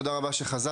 תודה רבה שחזרתם.